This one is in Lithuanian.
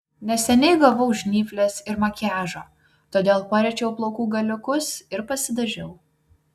neseniai gavau žnyples ir makiažo todėl pariečiau plaukų galiukus ir pasidažiau